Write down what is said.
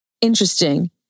Interesting